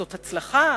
זאת הצלחה?